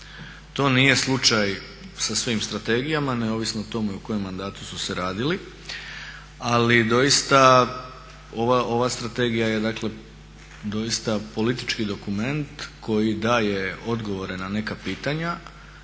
To nije slučaj sa svim strategijama neovisno to u kojem su se mandatu radili, ali doista ova strategija je dakle doista politički dokument koji daje odgovore na neka pitanja